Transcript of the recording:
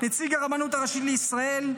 נציג הרבנות הראשית לישראל,